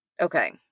Okay